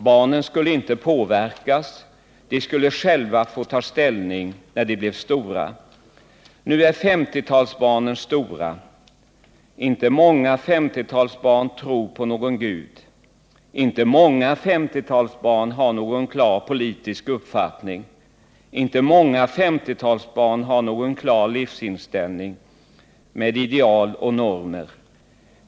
Barnen skulle inte påverkas. De skulle själva få ta ställning när de blev stora. Nu är 50-talsbarnen stora. Inte många 50-talsbarn tror på någon Gud. Inte många 50-talsbarn har någon klar politisk uppfattning. Inte många 50 talsbarn har någon klar livsinställning, med ideal och normer.